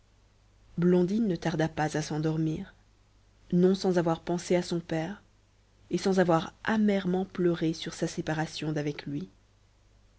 blondine ne tarda pas à s'endormir non sans avoir pensé à son père et sans avoir amèrement pleuré sur sa séparation d'avec lui